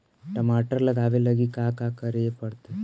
टमाटर लगावे लगी का का करये पड़तै?